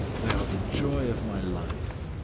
they are the joy of my life!